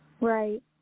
Right